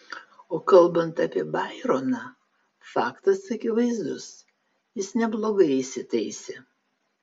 o kalbant apie baironą faktas akivaizdus jis neblogai įsitaisė